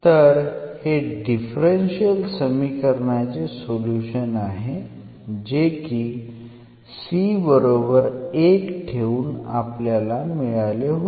तर हे डिफरन्शियल समीकरणाचे सोल्युशन आहे जे की c1 ठेऊन आपल्याला मिळाले होते